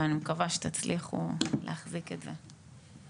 ואני מקווה שתצליחו להחזיק את זה.